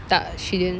tak she didn't